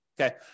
okay